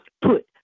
put